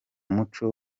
muco